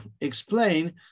explain